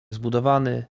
zbudowany